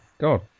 God